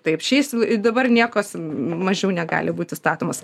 taip šiais ir dabar niekas mažiau negali būti statomas